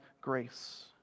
grace